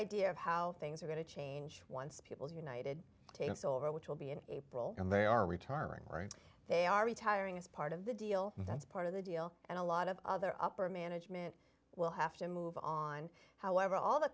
idea of how things are going to change once people united takes over which will be in april and they are retiring right they are retiring as part of the deal that's part of the deal and a lot of other upper management will have to move on however all the